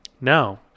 now